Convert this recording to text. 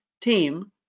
team